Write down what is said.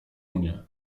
mnie